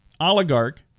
oligarch